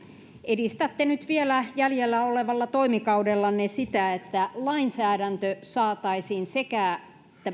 edistätte nyt vielä jäljellä olevalla toimikaudellanne sitä että lainsäädäntö saataisiin sekä